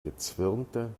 gezwirnte